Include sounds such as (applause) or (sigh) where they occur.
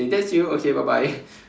say that's you okay bye bye (breath)